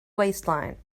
waistline